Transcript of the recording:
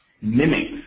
mimics